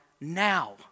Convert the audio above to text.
now